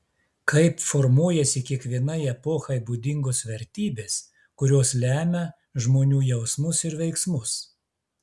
kaip formuojasi kiekvienai epochai būdingos vertybės kurios lemia žmonių jausmus ir veiksmus